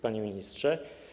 Panie Ministrze!